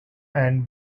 and